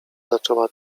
zaczęła